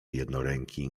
jednoręki